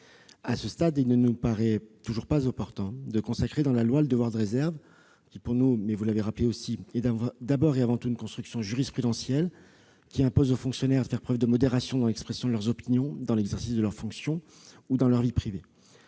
À ce stade, il ne nous paraît toujours pas opportun de consacrer dans la loi le devoir de réserve. Pour nous- mais cela a également été rappelé -, celui-ci est d'abord et avant tout une construction jurisprudentielle, imposant aux fonctionnaires de faire preuve de modération dans l'expression de leurs opinions, dans l'exercice de leurs fonctions ou dans leur vie privée.